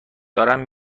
دارم